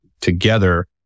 together